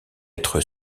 être